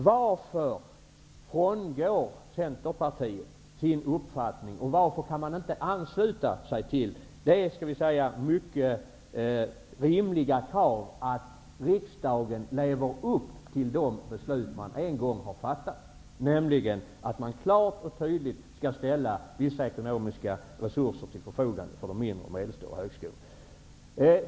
Varför frångår Centerpartiet sin uppfattning, och varför kan Centerpartiet inte ansluta sig till det mycket rimliga kravet att riksdagen lever upp till de beslut som en gång har fattats, nämligen att man klart och tydligt skall ställa vissa ekonomiska resurser till förfogande för de mindre och medelstora högskolorna?